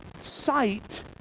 Sight